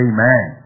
Amen